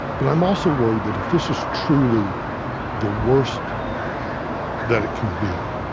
but i'm also worried that if this is truly the worst that it can be,